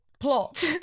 plot